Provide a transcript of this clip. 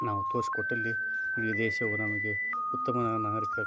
ನಾವು ತೋರ್ಸಿ ಕೊಟ್ಟಲ್ಲಿ ಇಡೀ ದೇಶವು ನಮಗೆ ಉತ್ತಮ ನಾಗರೀಕ